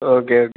okay okay